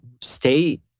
stay